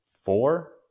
Four